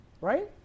Right